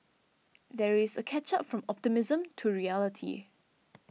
there is a catch up from optimism to reality